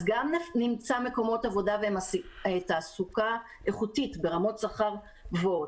אז גם נמצא מקומות עבודה ותעסוקה איכותית ברמות שכר גבוהות.